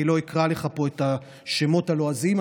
אני לא אקרא לך את השמות הלועזיים.